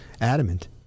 adamant